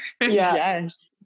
Yes